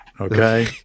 Okay